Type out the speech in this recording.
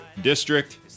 District